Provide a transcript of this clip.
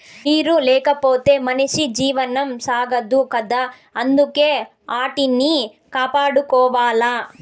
నీరు లేకపోతె మనిషి జీవనం సాగదు కదా అందుకే ఆటిని కాపాడుకోవాల